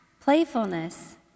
playfulness